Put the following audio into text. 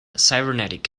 cybernetic